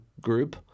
group